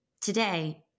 Today